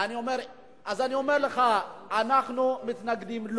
אז אני אומר לך: אנחנו מתנגדים.